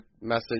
message